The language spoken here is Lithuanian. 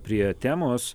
prie temos